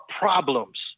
problems